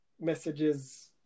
messages